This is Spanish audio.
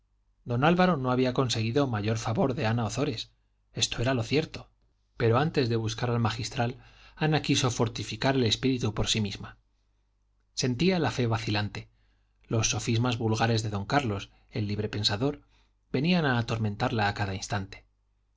don álvaro no había conseguido mayor favor de ana ozores esto era lo cierto pero antes de buscar al magistral ana quiso fortificar el espíritu por sí misma sentía la fe vacilante los sofismas vulgares de don carlos el libre pensador venían a atormentarla a cada instante